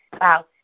Wow